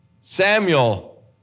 Samuel